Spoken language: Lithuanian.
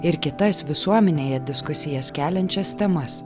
ir kitas visuomenėje diskusijas keliančias temas